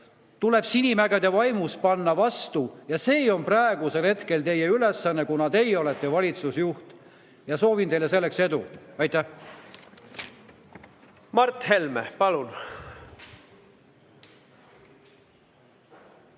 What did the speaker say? Tuleb Sinimägede vaimus panna vastu ja see on praegusel hetkel teie ülesanne, kuna teie olete valitsusjuht. Soovin teile selleks edu! Aitäh! Mart Helme, palun!